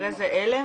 אחרי זה על"ם.